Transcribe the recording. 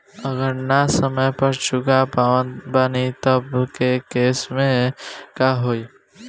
अगर ना समय पर चुका पावत बानी तब के केसमे का होई?